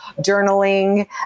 journaling